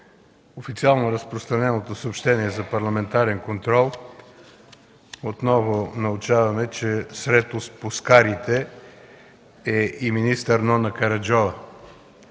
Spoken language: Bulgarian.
официално разпространеното съобщение за парламентарен контрол отново научаваме, че сред отпускарите е и министър Нона Караджова.